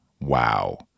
wow